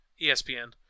ESPN